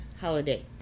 Holiday